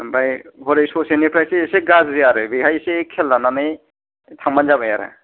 आमफ्राय हरै ससेनिफ्रायसो एसे गाज्रि आरो बेहाय एसे खेल लानानै थांब्लानो जाबाय आरो